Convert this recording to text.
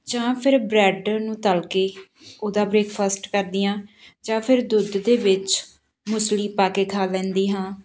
ਜਾਂ ਫਿਰ ਬ੍ਰੈੱਡ ਨੂੰ ਤਲਕੇ ਉਹਦਾ ਬ੍ਰੇਕਫਾਸਟ ਕਰਦੀ ਹਾਂ ਜਾਂ ਫਿਰ ਦੁੱਧ ਦੇ ਵਿੱਚ ਮੁਸਲੀ ਪਾ ਕੇ ਖਾ ਲੈਂਦੀ ਹਾਂ